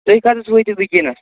تُہۍ کَتٮ۪تھ وٲتِو وٕکٮ۪نَس